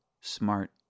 smart